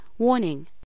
Warning